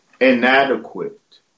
inadequate